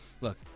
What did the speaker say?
Look